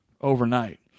overnight